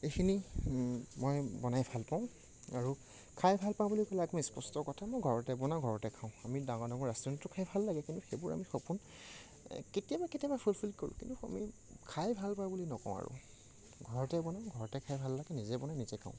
এইখিনি মই বনাই ভাল পাওঁ খাই ভাল পাওঁ বুলি ক'লে আপোনাৰ স্পষ্ট কথা মই ঘৰতে বনাওঁ ঘৰতে খাওঁ আমি ডাঙৰ ডাঙৰ ৰেষ্টুৰেণ্টতো খাই ভাল লাগে কিন্তু সেইবোৰ আমি সপোন কেতিয়াবা কেতিয়াবা ফুলফিল কৰোঁ কিন্তু আমি খাই ভাল পাওঁ বুলি নকওঁ আৰু ঘৰতে বনাওঁ ঘৰতে খাই ভাল লাগে নিজে বনাওঁ